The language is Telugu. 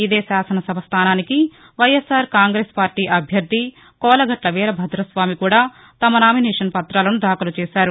ఇదే శాసన సభ స్థానానికి వైఎస్సార్ కాంగ్రెస్ పార్టీ అభ్యర్థి కోలగట్ల వీరభద్ర స్వామి కూడా తమ నామినేషన్ ప్రతాలను దాఖలు చేశారు